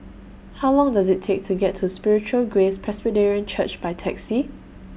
How Long Does IT Take to get to Spiritual Grace Presbyterian Church By Taxi